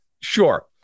Sure